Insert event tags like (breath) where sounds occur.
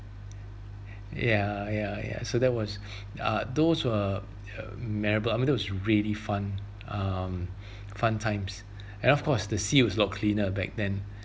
ya ya ya so that was (breath) uh those were uh memorable and that was really fun um (breath) fun times (breath) and of course the sea was a lot cleaner back then (breath)